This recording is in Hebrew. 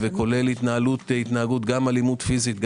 גם אלימות פיזית,